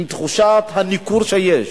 עם תחושת הניכור שיש,